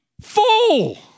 fool